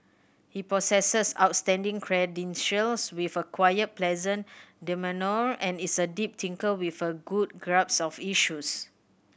he possesses outstanding credentials with a quiet pleasant demeanour and is a deep thinker with a good grasp of issues